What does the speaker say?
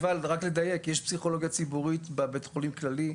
רק לדייק: יש פסיכולוגיה ציבורית בבית חולים כללי,